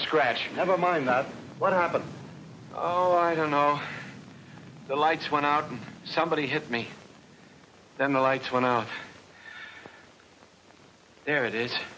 scratch never mind that what happened i don't know the lights went out and somebody hit me then the lights went out there it is